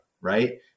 Right